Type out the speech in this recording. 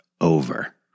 over